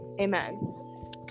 Amen